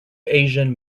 asian